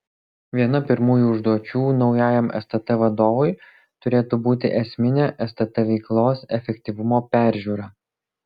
viena pirmųjų užduočių naujajam stt vadovui turėtų būti esminė stt veiklos efektyvumo peržiūra